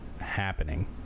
happening